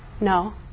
no